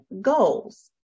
goals